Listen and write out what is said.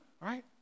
right